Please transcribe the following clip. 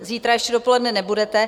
Zítra ještě dopoledne nebudete.